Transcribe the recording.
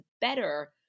better